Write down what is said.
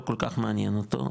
לא כל כך מעניין אותו.